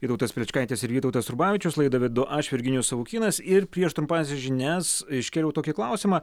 vytautas plečkaitis ir vytautas rubavičius laidą vedu aš virginijus savukynas ir prieš trumpąsias žinias iškėliau tokį klausimą